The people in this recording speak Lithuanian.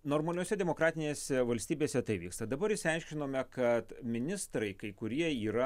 normaliose demokratinėse valstybėse tai vyksta dabar išsiaiškinome kad ministrai kai kurie yra